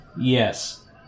Yes